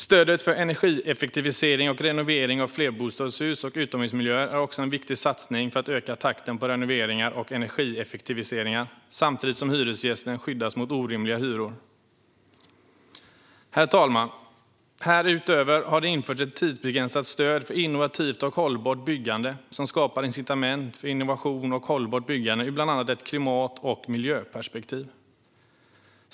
Stödet för energieffektivisering och renovering av flerbostadshus och utomhusmiljöer är också en viktig satsning för att öka takten på renoveringar och energieffektiviseringar, samtidigt som hyresgästen skyddas mot orimliga hyror. Herr talman! Härutöver har det införts ett tidsbegränsat stöd för innovativt och hållbart byggande. Det skapar incitament för innovationer och hållbart byggande ur bland annat ett klimat och miljöperspektiv.